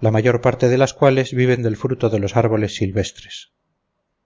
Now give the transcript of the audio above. la mayor parte de las cuales viven del fruto de los árboles silvestres